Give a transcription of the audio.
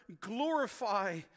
Glorify